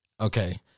okay